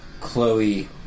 Chloe